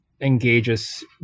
engages